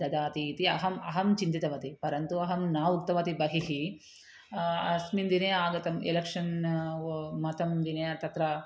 ददाति इति अहम् अहं चिन्तितवती परन्तु अहं न उक्तवती बहिः अस्मिन् दिने आगतम् एलेक्शन् वो मतं दिने तत्र